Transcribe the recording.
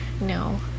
No